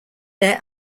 there